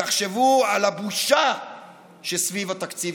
תחשבו על הבושה שסביב התקציב